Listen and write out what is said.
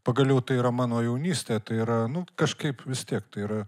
pagaliau tai yra mano jaunystė tai yra nu kažkaip vis tiek tai yra